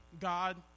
God